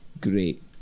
great